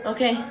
Okay